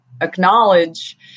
acknowledge